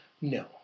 No